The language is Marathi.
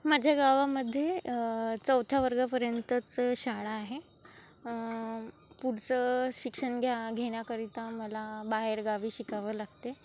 माझ्या गावामध्ये चौथ्या वर्गापर्यंतच शाळा आहे पुढचं शिक्षण घ्या घेण्याकरिता मला बाहेरगावी शिकावं लागते